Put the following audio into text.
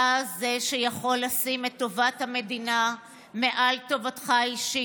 אתה זה שיכול לשים את טובת המדינה מעל טובתך האישית,